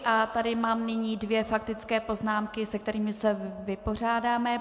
Mám tady nyní dvě faktické poznámky, se kterými se vypořádáme.